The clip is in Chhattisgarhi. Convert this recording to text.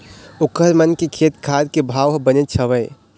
ओखर मन के खेत खार के भाव ह बनेच हवय